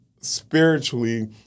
spiritually